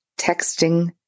texting